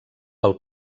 pel